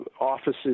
offices